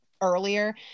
earlier